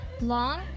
long